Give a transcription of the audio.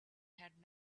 had